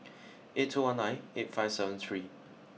eight two one nine eight five seven three